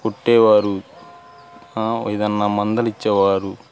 కుట్టేవారు ఏదన్నా మందలించేవారు